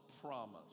promise